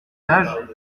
âge